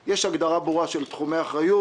יש לנו קניון שלם שמושבת לפחות לחודשיים.